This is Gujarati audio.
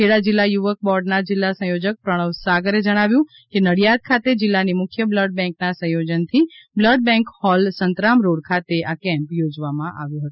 ખેડા જિલ્લા યુવક બોર્ડના જિલ્લા સંયોજક પ્રણવ સાગરે જણાવ્યું કે નડિયાદ ખાતે જિલ્લાની મુખ્ય બ્લડ બેન્કના સંયોજનથી blood bank hall Santram road ખાતે કેમ્પ યોજવામાં આવ્યો હતો